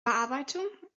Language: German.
bearbeitung